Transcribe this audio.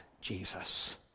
Jesus